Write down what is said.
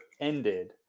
ended